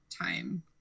time